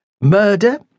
murder